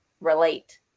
relate